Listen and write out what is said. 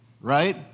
right